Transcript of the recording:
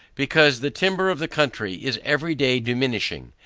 because the timber of the country is every day diminishing,